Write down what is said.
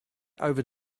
over